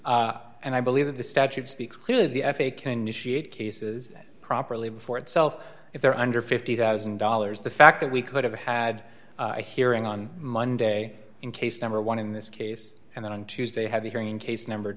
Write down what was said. limitation and i believe that the statute speaks clearly the f a a can negotiate cases that properly for itself if they're under fifty thousand dollars the fact that we could have had a hearing on monday in case number one in this case and then on tuesday have a hearing in case number